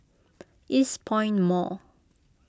Eastpoint Mall